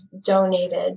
donated